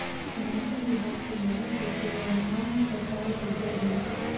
मौसम विभाग सुनामी के पूर्वानुमान सरकार के दय देलक